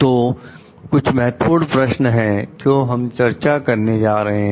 तो कुछ महत्वपूर्ण प्रश्न है जो अब हम चर्चा करने जा रहे हैं